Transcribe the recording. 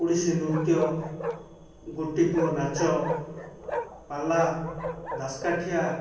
ଓଡ଼ିଶୀ ନୃତ୍ୟ ଗୋଟି ପୁଅ ନାଚ ପାଲା ଦାସକାଠିଆ